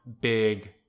big